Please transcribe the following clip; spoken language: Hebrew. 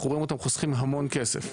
אנחנו רואים אותם חוסכים המון כסף.